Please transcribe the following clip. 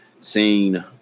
seen